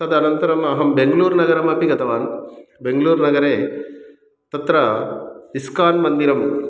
तदनन्तरमहं बेङ्गलूर् नगरमपि गतवान् बेङ्ग्लूर् नगरे तत्र इस्कान् मन्दिरं